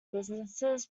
businesses